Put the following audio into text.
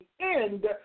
end